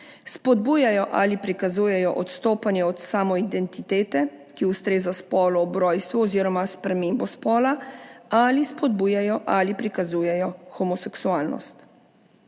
spodbujajo ali prikazujejo odstopanje od samoidentitete, ki ustreza spolu ob rojstvu, oziroma spremembo spola ali spodbujajo ali prikazujejo homoseksualnost.